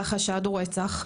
והחשד הוא רצח.